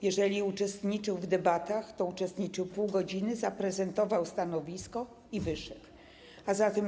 Jeżeli uczestniczył w debatach, to uczestniczył pół godziny - zaprezentował stanowisko i wyszedł.